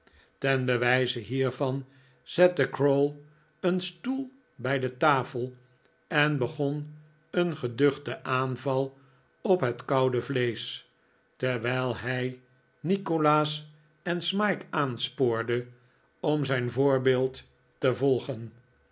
ten bewijze hiervan zette crowl een stoel bij de tafel en begon een geduchten aanval op het koude vleesch terwijl hij nikolaas en smike aanspoorde om zijn voorbeeld te volgen